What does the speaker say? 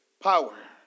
power